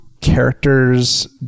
characters